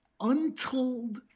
untold